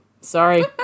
Sorry